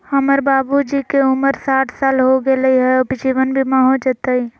हमर बाबूजी के उमर साठ साल हो गैलई ह, जीवन बीमा हो जैतई?